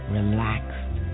relaxed